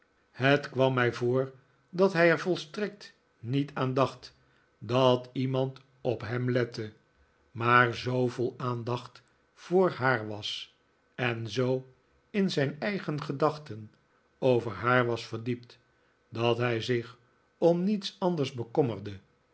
het kwam mij voor dat hij er volstrekt niet aan dacht de oude generaal in actie dat iemand op hem lette maar zoo vol aandacht voor haar was en zoo in zijn eigen gedachteh over haar was verdiept dat hij zich om niets anders bekommerde